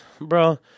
Bro